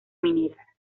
minera